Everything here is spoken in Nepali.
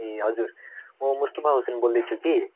ए हजुर म मुस्तुबा हुसेन बोल्दैछु कि